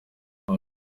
uyu